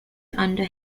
under